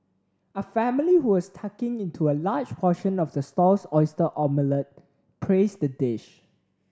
a family who was tucking into a large portion of the stall's oyster omelette praised the dish